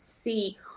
see